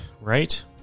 right